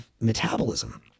metabolism